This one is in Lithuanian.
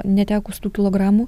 netekus tų kilogramų